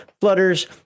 flutters